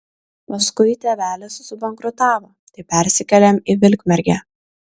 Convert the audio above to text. paskui tėvelis subankrutavo tai persikėlėm į vilkmergę